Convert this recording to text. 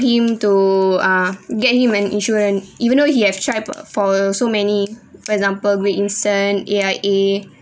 him to ah get him an insurance even though he has tried for you so many for example great eastern A_I_A